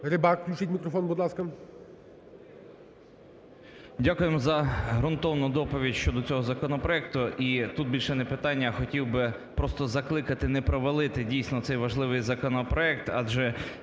Рибак. Включіть мікрофон, будь ласка. 11:22:26 РИБАК І.П. Дякуємо за ґрунтовну доповідь щодо цього законопроекту. І тут більше не питання, а хотів би просто закликати не провалити дійсно цей важливий законопроект. Адже